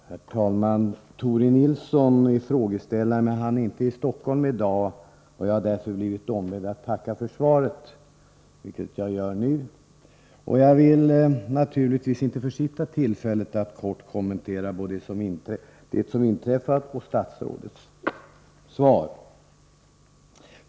Herr talman! Tore Nilsson, som är frågeställaren, är inte i Stockholm i dag, och jag har därför blivit ombedd att tacka för svaret, vilket jag gör nu. Jag vill naturligtvis inte försitta tillfället att kort kommentera både det som inträffat och statsrådets svar.